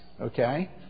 okay